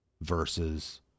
versus